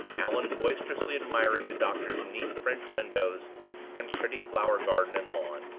allan boisterously admiring the doctor's neat french windows and pretty flower-garden and lawn,